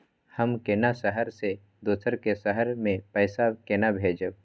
हम केना शहर से दोसर के शहर मैं पैसा केना भेजव?